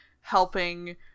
helping